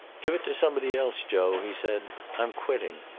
give it to somebody else, joe, he said. i'm quitting.